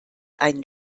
einen